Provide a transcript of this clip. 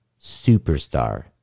superstar